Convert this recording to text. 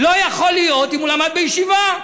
אם הוא למד בישיבה.